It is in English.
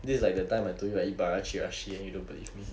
this is like the time I told you I eat bara chirashi and you don't believe me